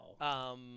Wow